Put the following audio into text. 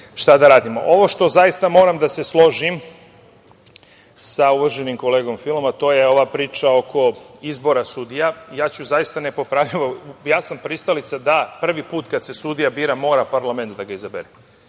šta da radimo? Ovo šta moram da se složim sa uvaženim kolegom Filom, a to je ova priča oko izbora sudija, ja ću zaista nepopravljivo… Ja sam pristalica da prvi put kada se sudija bira mora parlament da ga izabere.